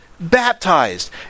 Baptized